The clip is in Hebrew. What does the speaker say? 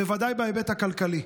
בוודאי בהיבט הכלכלי.